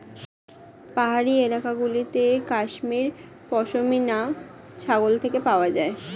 পাহাড়ি এলাকা গুলোতে কাশ্মীর পশমিনা ছাগল থেকে পাওয়া যায়